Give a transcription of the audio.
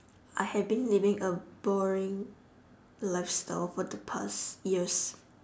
I have been living a boring lifestyle for the past years